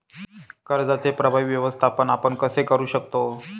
कर्जाचे प्रभावी व्यवस्थापन आपण कसे करु शकतो?